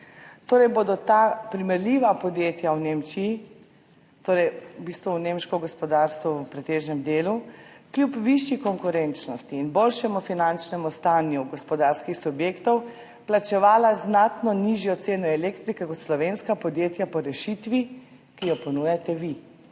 torej bodo ta primerljiva podjetja v Nemčiji, v bistvu v nemško gospodarstvo v pretežnem delu, kljub višji konkurenčnosti in boljšemu finančnemu stanju gospodarskih subjektovplačevala znatno nižjo ceno elektrike kot slovenska podjetja po rešitvi, ki jo ponujate vi.